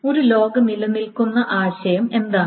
ഒരു ലോഗ് നിലനിൽക്കുന്ന ആശയം എന്താണ്